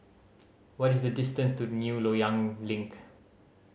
what is the distance to New Loyang Link